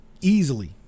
easily